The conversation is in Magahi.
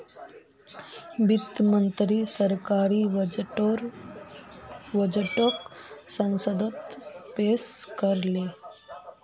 वित्त मंत्री सरकारी बजटोक संसदोत पेश कर ले